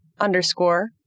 underscore